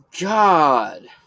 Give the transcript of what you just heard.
God